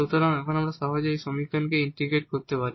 সুতরাং এখন আমরা সহজেই এই সমীকরণকে ইন্টিগ্রেট করতে পারি